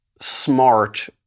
smart